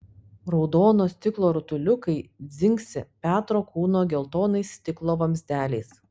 raudono stiklo rutuliukai dzingsi petro kūno geltonais stiklo vamzdeliais